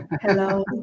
Hello